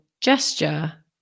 gesture